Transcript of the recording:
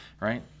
Right